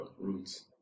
roots